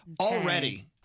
already